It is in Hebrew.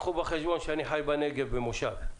קחו בחשבון שאני חי בנגב, במושב.